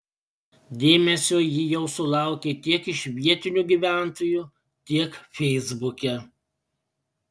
dėmesio ji jau sulaukė tiek iš vietinių gyventojų tiek feisbuke